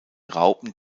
raupen